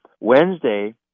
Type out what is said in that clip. Wednesday